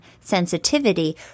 sensitivity